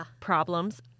problems